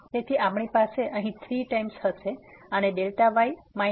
તેથી આપણી પાસે અહીં 3 ટાઈમ્સ હશે અને y માઈનસ